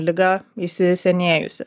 liga įsisenėjusi